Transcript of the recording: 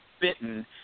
bitten